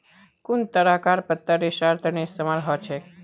कुन तरहकार पत्ता रेशार तने इस्तेमाल हछेक